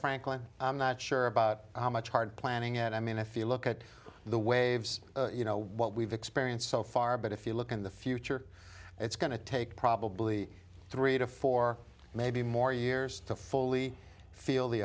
frankly i'm not sure about how much hard planning and i mean i feel look at the waves you know what we've experienced so far but if you look in the future it's going to take probably three to four maybe more years to fully feel the